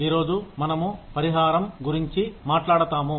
ఈ రోజు మనము పరిహారం గురించి మాట్లాడతాము